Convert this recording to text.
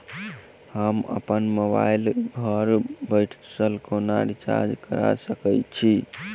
हम अप्पन मोबाइल कऽ घर बैसल कोना रिचार्ज कऽ सकय छी?